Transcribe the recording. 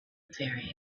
very